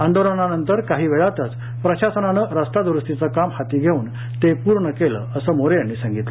आंदोलनानंतर काही वेळातच प्रशासनानं रस्तादुरुस्तीचं काम हाती घेऊन ते पूर्ण केलं असं मोरे यांनी सांगितलं